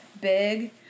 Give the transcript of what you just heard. big